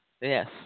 Yes